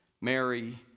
Mary